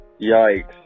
Yikes